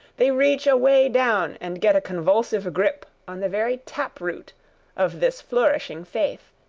they reach away down and get a convulsive grip on the very tap-root of this flourishing faith.